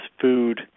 food